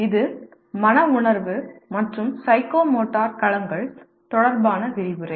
இது மன உணர்வு மற்றும் சைக்கோமோட்டர் களங்கள் தொடர்பான விரிவுரை